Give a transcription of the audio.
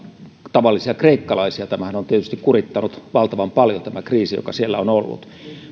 tavallisia kreikkalaisiahan on tietysti kurittanut valtavan paljon tämä kriisi joka siellä on on ollut